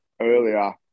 earlier